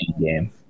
game